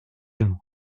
genoux